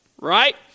right